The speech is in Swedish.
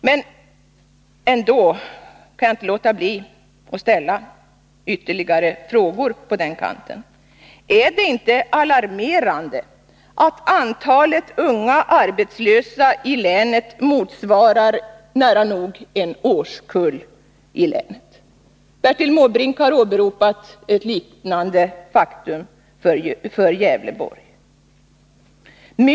Men jag kan ändå inte låta bli att ställa ytterligare frågor i det avseendet: Är det inte alarmerande att antalet unga arbetslösa i länet motsvarar nära nog en årskull? Bertil Måbrink har åberopat ett liknande faktum för Gävleborgs län.